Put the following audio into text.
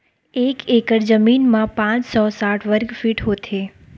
एक एकड़ जमीन मा पांच सौ साठ वर्ग फीट होथे